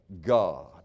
God